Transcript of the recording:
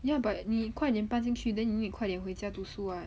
ya but 你快点搬进去 then you need to 快点回家读书 ah